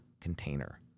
container